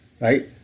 right